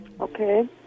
Okay